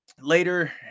later